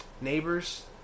Neighbors